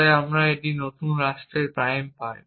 তাই আমি একটি নতুন রাষ্ট্রের প্রাইম পাই